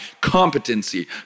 competency